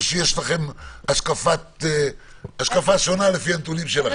או שיש לכם השקפה שונה לפי הנתונים שלכם?